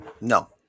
No